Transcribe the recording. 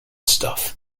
stuff